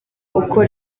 uko